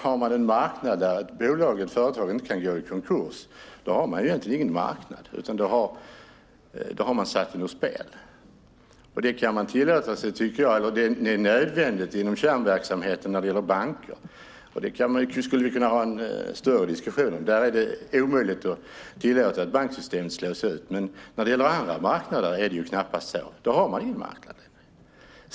Har man en marknad där ett bolag inte kan gå i konkurs har man egentligen ingen marknad, utan man har satt den ur spel. Detta är förstås nödvändigt när det gäller bankers kärnverksamhet, och det skulle vi kunna ha en större diskussion om. Det är omöjligt att tillåta att banksystemet slås ut, men när det gäller andra marknader är det knappast så. Då har man ju ingen marknad.